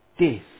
death